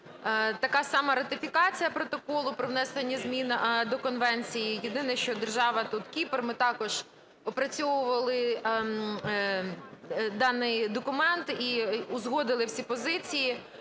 така сама ратифікація протоколу про внесення змін до Конвенції, єдине що, держава тут Кіпр. Ми також опрацьовували даний документ і узгодили всі позиції.